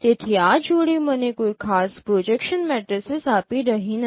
તેથી આ જોડી મને કોઈ ખાસ પ્રોજેક્સન મેટ્રિસીસ આપી રહી નથી